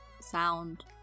sound